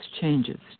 changes